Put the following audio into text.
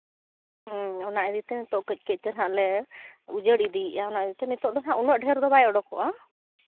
ᱦᱮᱸ ᱚᱱᱟ ᱤᱫᱤᱛᱮ ᱱᱤᱛᱚᱜ ᱠᱟᱹᱡ ᱠᱟᱹᱡ ᱛᱮ ᱦᱟᱸᱜ ᱞᱮ ᱩᱡᱟᱹᱲ ᱤᱫᱤᱭᱮᱜᱼᱟ ᱚᱱᱟ ᱱᱤᱛᱚᱜ ᱫᱚ ᱦᱟᱸᱜ ᱩᱱᱟᱹᱜ ᱰᱷᱮᱨ ᱫᱚ ᱵᱟᱭ ᱚᱰᱚᱠᱚᱜᱼᱟ